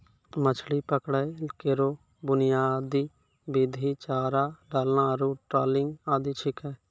मछरी पकड़ै केरो बुनियादी विधि चारा डालना आरु ट्रॉलिंग आदि छिकै